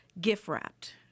gift-wrapped